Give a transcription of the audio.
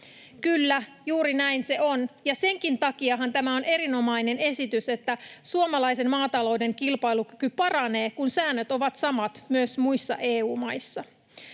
Kyllä, juuri näin se on, ja senkin takiahan tämä on erinomainen esitys, että suomalaisen maatalouden kilpailukyky paranee, kun säännöt ovat samat myös muissa EU-maissa.